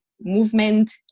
movement